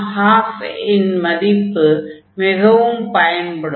12 இன் மதிப்பு மிகவும் பயன்படும்